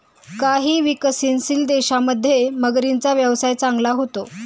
काही विकसनशील देशांमध्ये मगरींचा व्यवसाय चांगला चालतो